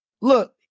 Look